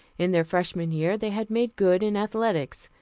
in their freshman year they had made good in athletics.